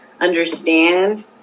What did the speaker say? understand